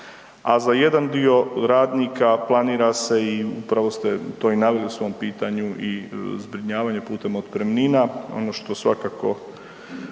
A za jedan dio radnika planira se i upravo ste to i naveli u svom pitanju i zbrinjavanje putem otpremnina, ono što svakako